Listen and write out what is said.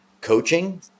coaching